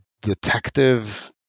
Detective